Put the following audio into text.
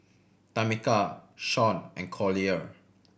Tamica Shaun and Collier